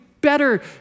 better